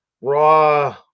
Raw